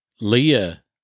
Leah